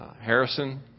Harrison